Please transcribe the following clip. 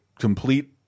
complete